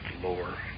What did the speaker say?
lower